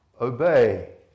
Obey